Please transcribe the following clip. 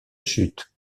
chutes